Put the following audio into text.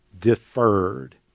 deferred